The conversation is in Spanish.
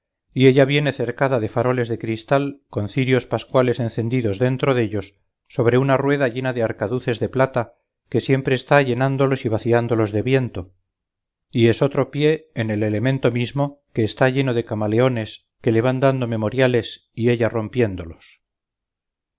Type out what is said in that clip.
y ella viene cercada de faroles de cristal con cirios pascuales encendidos dentro dellos sobre una rueda llena de arcaduces de plata que siempre está llenándolos y vaciándolos de viento y esotro pie en el elemento mismo que está lleno de camaleones que le van dando memoriales y ella rompiéndolos